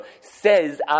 says